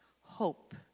hope